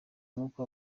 umwuka